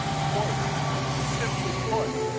quote simply put,